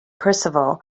percival